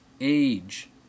age